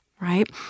right